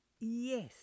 yes